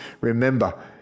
remember